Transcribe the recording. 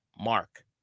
mark